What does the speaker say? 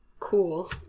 Cool